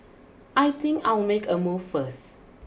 I think I'll make a move first